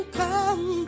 come